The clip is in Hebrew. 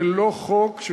ללא חקיקת חוק,